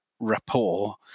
rapport